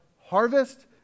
harvest